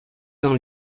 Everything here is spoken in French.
dans